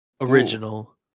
original